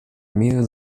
mel